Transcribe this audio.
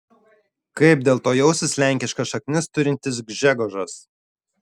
kaip dėl to jausis lenkiškas šaknis turintis gžegožas